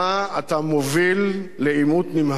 אתה מוביל לעימות נמהר,